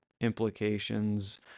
implications